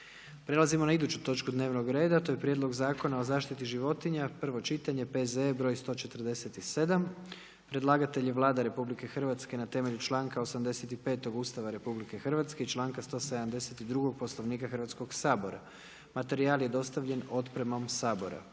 Prelazimo na iduću točku dnevnog reda to je: - Prijedlog zakona o zaštiti životinja, prvo čitanje, P.Z.E. br. 147 Predlagatelj je Vlada Republike Hrvatske na temelju članka 85. Ustava Republike Hrvatske i članka 172. Poslovnika Hrvatskog sabora. Materijal je dostavljen otpremnom Sabora.